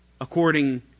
according